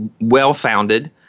well-founded